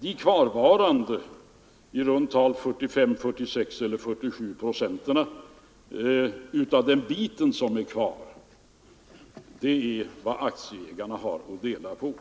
De återstående 45, 46 eller 47 procenten har aktieägarna att dela på.